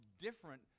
different